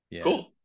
cool